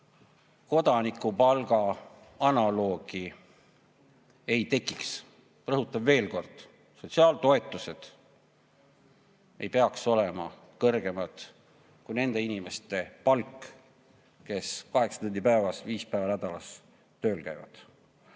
kodanikupalga analoogi ei tekiks. Rõhutan veel kord: sotsiaaltoetused ei peaks olema kõrgemad kui nende inimeste palk, kes kaheksa tundi päevas viis päeva nädalas tööl käivad.